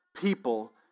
people